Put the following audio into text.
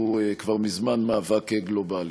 שהוא כבר מזמן מאבק גלובלי.